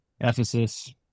Ephesus